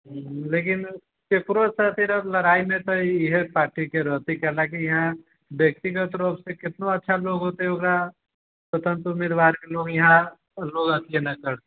लेकिन केकरो से लड़ाई मे तऽ एहि पार्टीके रहते कियाकि व्यक्तिगत रूपसे कितनो अच्छा लोक होत्ते ओकरा स्वतंत्र उमीदवार के यहाँ लोक अथिये नहि करते